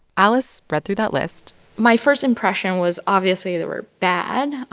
alice read through that list my first impression was obviously they were bad,